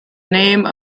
name